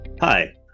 Hi